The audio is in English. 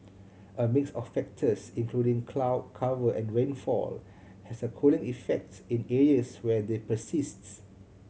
a mix of factors including cloud cover and rainfall has a cooling effects in areas where they persists